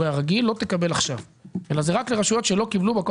הרגיל לא תקבל עכשיו אלא זה רק לרשויות שלא קיבלו קודם?